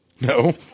No